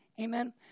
Amen